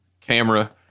camera